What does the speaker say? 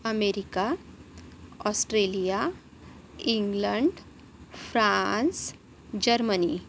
America Australia England France Germany